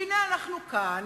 והנה, אנחנו כאן,